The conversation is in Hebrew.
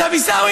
מספרים,